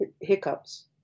hiccups